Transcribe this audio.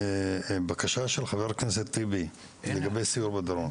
לבקשה של חבר הכנסת טיבי לגבי סיור בדרום,